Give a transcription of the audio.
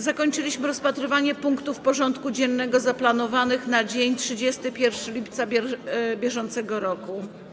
Zakończyliśmy rozpatrywanie punktów porządku dziennego zaplanowanych na dzień 31 lipca br.